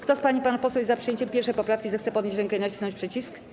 Kto z pań i panów jest za przyjęciem 1. poprawki, zechce podnieść rękę i nacisnąć przycisk.